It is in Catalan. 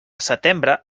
setembre